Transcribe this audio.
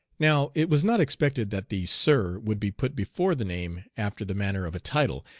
now it was not expected that the sir would be put before the name after the manner of a title,